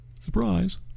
surprise